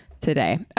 today